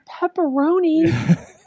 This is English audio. Pepperoni